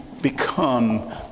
become